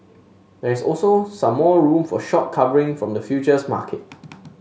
there is also some more room from short covering from the futures market